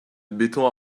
béton